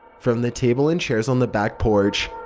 from the table and chairs on the back porch,